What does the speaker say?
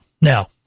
Now